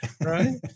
Right